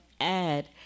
add